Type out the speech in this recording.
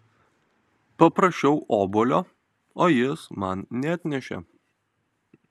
paprašiau obuolio o jis man neatnešė